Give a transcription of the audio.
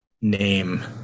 name